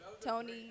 Tony